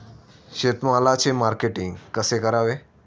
शेतमालाचे मार्केटिंग कसे करावे?